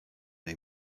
dei